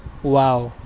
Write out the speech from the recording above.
wow